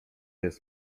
jest